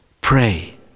pray